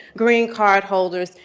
green card holders,